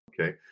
Okay